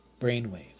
brainwave